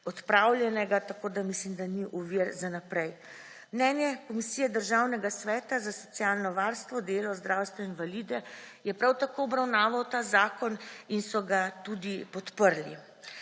odpravljenega, tako da, mislim, da ni ovir za naprej. Mnenje Komisije Državnega sveta za socialno varstvo, delo, zdravstvo, invalide je prav tako obravnaval ta zakon in so ga tudi podprli.